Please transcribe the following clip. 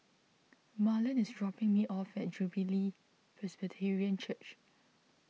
Marlen is dropping me off at Jubilee Presbyterian Church